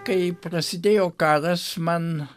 kai prasidėjo karas man